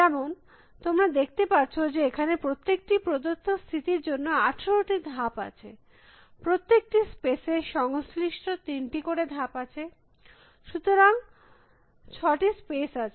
যেমন তোমরা দেখতে পারছ যে এখানে প্রত্যেকটি প্রদত্ত স্থিতির জন্য 18 টি ধাপ আছে প্রত্যেকটি স্পেস এর সংশ্লিস্ট 3 টি করে ধাপ আছে সুতরাং মত 6 টি স্পেস আছে